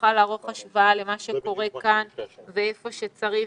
נוכל לערוך השוואה למה שקורה כאן והיכן שצריך,